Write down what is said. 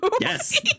Yes